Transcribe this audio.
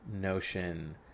notion